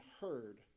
heard